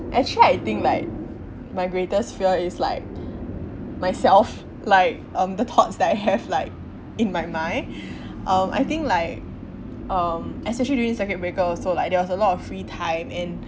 actually I think like my greatest fear is like myself like um the thoughts that I have like in my mind um I think like um especially during circuit breaker also like there was a lot of free time and